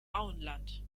auenland